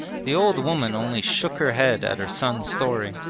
the old woman only shook her head at her son's story,